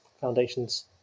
foundations